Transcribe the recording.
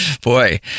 Boy